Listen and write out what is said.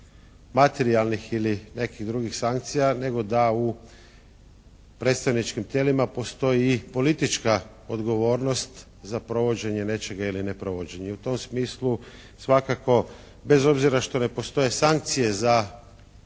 materijalnih ili nekih drugih sankcija nego da u predstavničkim tijelima postoji i politička odgovornost za provođenje nečega ili neprovođenje i u tom smislu svakako bez obzira šta ne postoje sankcije za